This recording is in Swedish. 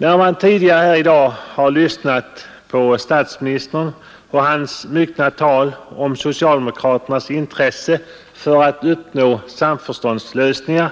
Vi har tidigare här i dag lyssnat på statsministerns myckna tal om socialdemokraternas intresse för att uppnå samförståndslösningar,